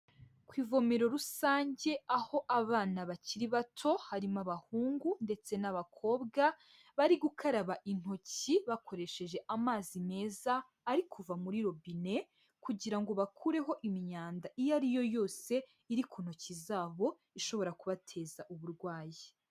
Ku ivomeraro rusange aho abana bakiri bato harimo abahungu ndetse n'abakobwa bari gukaraba intoki bakoresheje amazi meza ari kuva muri robine kugira ngo bakureho imyanda iyo ari yo yose iri ku ntoki zabo ishobora kubateza uburwayi.